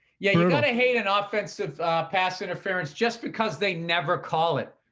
yeah you gotta hate an ah offensive pass interference just because they never call it.